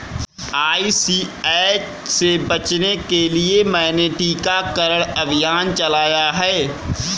ICH से बचने के लिए मैंने टीकाकरण अभियान चलाया है